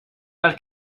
dal